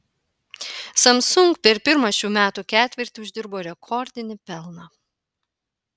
samsung per pirmą šių metų ketvirtį uždirbo rekordinį pelną